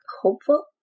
hopeful